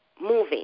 moving